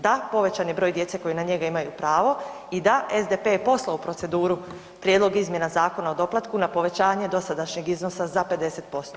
Da, povećan je broj djece koji na njega imaju pravo i da, SDP je poslao u proceduru prijedlog izmjena Zakona o doplatku na povećanje dosadašnjeg iznosa za 50%